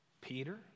Peter